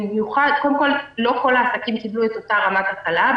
קודם כול לא כל העסקים קיבלו את אותה רמת הקלה,